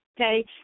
okay